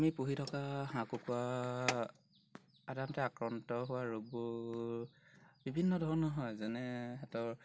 আমি পুহি থকা হাঁহ কুকুৰা সাধাৰণতে আক্ৰান্ত হোৱা ৰোগবোৰ বিভিন্ন ধৰণৰ হয় যেনে সিহঁতৰ